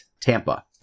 Tampa